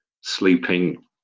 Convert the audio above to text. sleeping